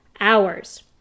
hours